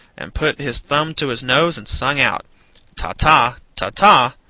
and put his thumb to his nose and sung out ta-ta! ta-ta!